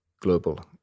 global